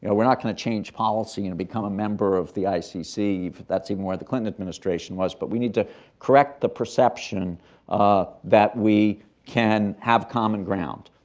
yeah we're not going to change policy and become a member of the icc that's even where the clinton administration was but we need to correct the perception ah that we can have common ground.